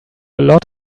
lot